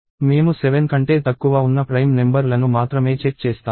మేము 7 కంటే తక్కువ ఉన్న ప్రైమ్ నెంబర్ లను మాత్రమే చెక్ చేస్తాము